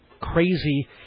crazy